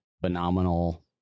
phenomenal